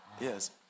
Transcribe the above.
Yes